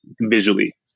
visually